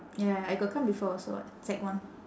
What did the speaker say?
ya I got come before also [what] sec one